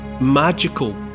magical